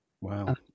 wow